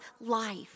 life